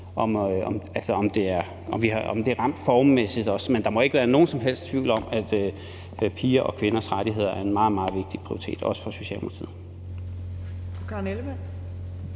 om det har ramt formmæssigt og sådan. Men der må ikke være nogen som helst tvivl om, at piger og kvinders rettigheder er en meget, meget vigtig prioritet, også for Socialdemokratiet.